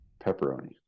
pepperoni